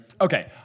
Okay